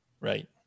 right